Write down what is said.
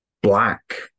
black